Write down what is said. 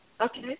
Okay